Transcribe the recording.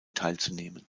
teilzunehmen